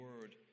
word